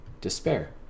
despair